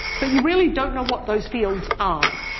but you really don't know what those fields are.